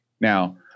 Now